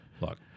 look